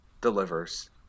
delivers